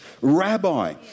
rabbi